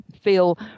feel